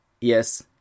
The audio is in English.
yes